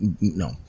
No